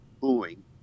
booing